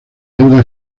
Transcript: deuda